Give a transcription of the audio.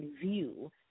view